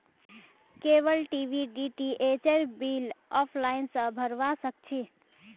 cable TV डीटीएचेर bill offline स भरवा सक छी